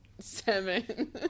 Seven